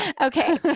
okay